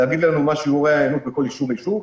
להגיד לנו מה שיעור ההיענות בכל יישוב ויישוב.